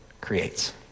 creates